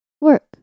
work